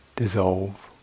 dissolve